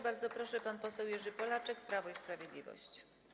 Bardzo proszę, pana poseł Jerzy Polaczek, Prawo i Sprawiedliwość.